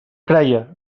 creia